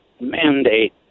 mandate